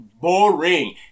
boring